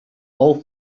all